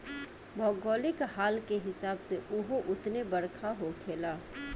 भौगोलिक हाल के हिसाब से उहो उतने बरखा होखेला